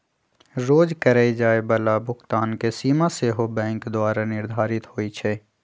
रोज करए जाय बला भुगतान के सीमा सेहो बैंके द्वारा निर्धारित होइ छइ